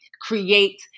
create